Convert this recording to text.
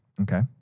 Okay